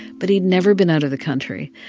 but he'd never been out of the country.